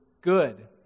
good